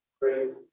Great